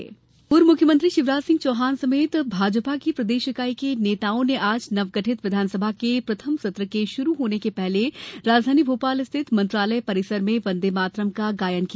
वंदेमातरम गायन पूर्व मुख्यमंत्री शिवराज सिंह चौहान समेत भारतीय जनता पार्टी की प्रदेश इकाई के आला नेताओं ने आज नवगठित विधानसभा के प्रथम सत्र के शुरु होने के पहले राजधानी भोपाल स्थित मंत्रालय परिसर में वंदेमातरम का गायन किया